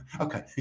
okay